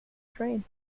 train